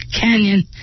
canyon